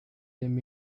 them